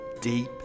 deep